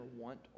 want